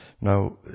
now